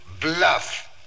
Bluff